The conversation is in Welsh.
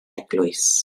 eglwys